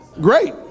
Great